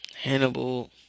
Hannibal